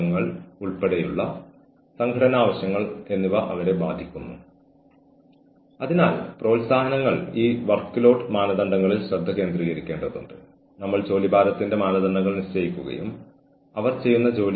നിങ്ങൾ ഇത് പറയുന്ന നിമിഷം ബന്ധപ്പെട്ട വ്യക്തിക്ക് അവൻ അല്ലെങ്കിൽ അവൾ ഒരു സുരക്ഷിത മേഖലയിലാണെന്ന് അയാൾ അല്ലെങ്കിൽ അവൾ പിന്തുണയ്ക്കപ്പെടുന്നുവെന്ന് അനുഭവപ്പെടും